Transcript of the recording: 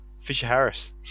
Fisher-Harris